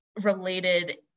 related